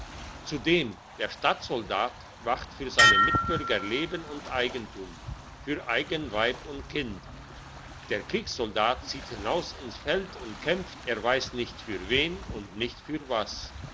zudem der stadtsoldat wacht für seiner mitbürger leben und eigentum für eigen weib und kind der kriegssoldat zieht hinaus ins feld und kämpft er weiss nicht für wen und nicht für was